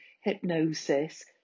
hypnosis